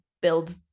build